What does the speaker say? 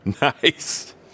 nice